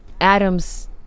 Adam's